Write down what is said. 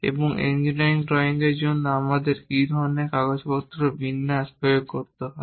এবং engineering drawing এর জন্য আমাদের কী ধরনের কাগজপত্র বিন্যাস প্রয়োগ করতে হবে